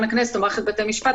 ממשכן הכנסת או מערכת בתי המשפט.